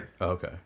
Okay